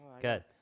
Good